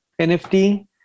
NFT